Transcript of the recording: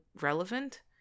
relevant